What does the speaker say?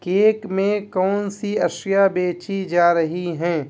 cake میں کون سی اشیا بیچی جا رہی ہیں